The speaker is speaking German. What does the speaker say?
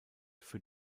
für